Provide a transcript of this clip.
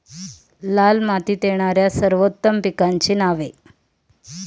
लाल मातीत येणाऱ्या सर्वोत्तम पिकांची नावे?